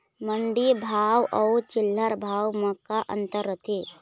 मंडी भाव अउ चिल्हर भाव म का अंतर रथे?